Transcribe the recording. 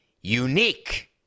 Unique